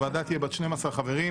הוועדה תהיה בת 12 חברים,